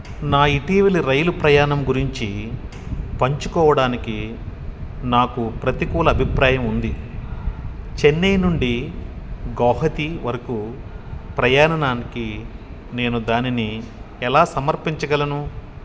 నా ఇటీవలి రైలు ప్రయాణం గురించి పంచుకోవడానికి నాకు ప్రతికూల అభిప్రాయం ఉంది చెన్నై నుండి గౌహతి వరకు ప్రయాణానినికి నేను దానిని ఎలా సమర్పించగలను